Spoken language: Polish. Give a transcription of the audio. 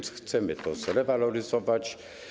Chcemy móc to rewaloryzować.